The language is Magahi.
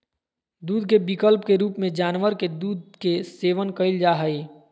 दूध के विकल्प के रूप में जानवर के दूध के सेवन कइल जा हइ